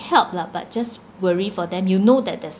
help lah but just worry for them you know that there's